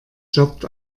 jobbt